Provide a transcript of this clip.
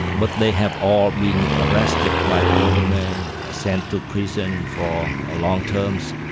but they have all been arrested by the government, sent to prison for ah long terms.